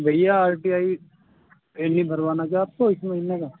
بھیا R T I N بھروانا تھا آپ کو اس مہینے کا